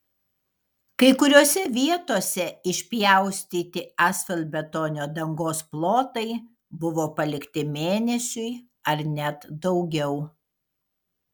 kai kuriose vietose išpjaustyti asfaltbetonio dangos plotai buvo palikti mėnesiui ar net daugiau